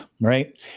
right